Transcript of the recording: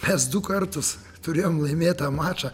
mes du kartus turėjom laimėtą mačą